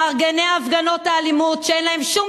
מארגני ההפגנות האלימות שאין להן שום,